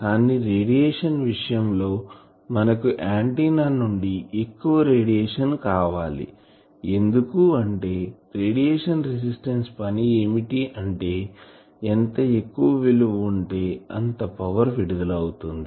కానీ రేడియేషన్ విషయం లో మనకు ఆంటిన్నా నుండి ఎక్కువ రేడియేషన్ కావాలి ఎందుకంటే రేడియేషన్ రెసిస్టెన్స్ పని ఏమిటి అంటే ఎంత ఎక్కువ విలువ ఉంటే అంతా పవర్ విడుదల అవుతుంది